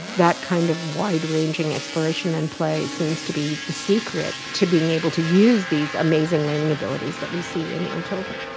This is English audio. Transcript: that kind of wide ranging exploration and play seems to be the secret to being able to use these amazing learning abilities that we see in young children.